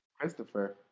Christopher